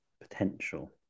potential